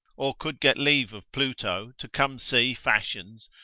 or could get leave of pluto to come see fashions,